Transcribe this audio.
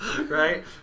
Right